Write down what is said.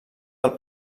del